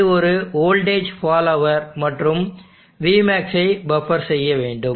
இது ஒரு voltage follower மற்றும் vmax ஐ பஃப்பர் செய்ய வேண்டும்